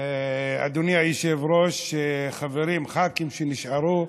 אדוני היושב-ראש, חברים, ח"כים שנשארו,